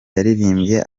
yaririmbye